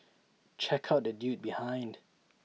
check out the dude behind